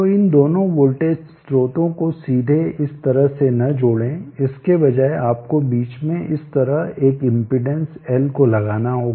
तो इन दोनों वोल्टेज स्रोतों को सीधे इस तरह से न जोड़ें इसके बजाय आपको बीच में इस तरह एक इम्पीड़ेंस L को लगाना होगा